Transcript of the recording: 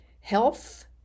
health